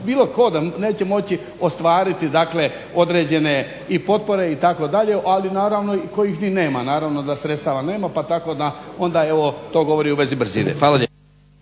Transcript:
bilo tko da neće moći ostvariti dakle određene i potpore i tako dalje i naravno kojih ni nema. Naravno da sredstava nema pa tako da onda evo to govori u vezi brzine.